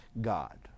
God